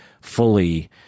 fully